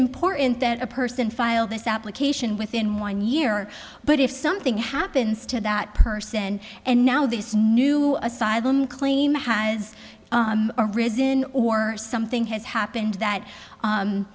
important that a person file this application within one year but if something happens to that person and now this new asylum claim has arisen or something has happened that